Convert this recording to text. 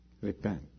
Repent